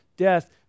death